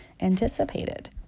anticipated